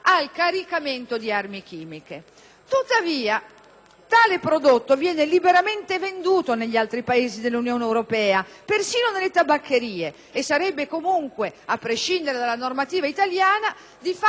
tale prodotto viene liberamente venduto negli altri paesi dell'Unione europea, persino nelle tabaccherie, e sarebbe comunque, a prescindere dalla normativa italiana, di facile reperibilità per i soggetti malintenzionati.